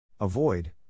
Avoid